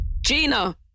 Gina